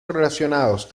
relacionados